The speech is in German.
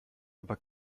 aber